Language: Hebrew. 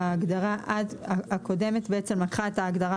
שההגדרה עד הקודמת בעצם לקחה את ההגדרה